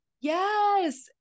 Yes